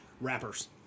rappers